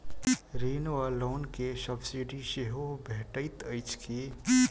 ऋण वा लोन केँ सब्सिडी सेहो भेटइत अछि की?